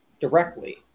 directly